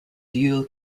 dual